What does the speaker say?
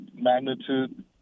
magnitude